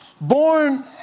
born